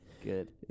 Good